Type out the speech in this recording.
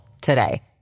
today